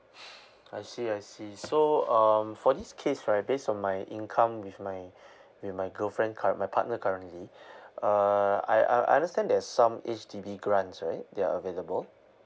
I see I see so um for this case right based on my income with my with my girlfriend cur~ my partner currently uh I uh I understand there's some H_D_B grants right that are available